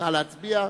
נא להצביע.